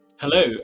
hello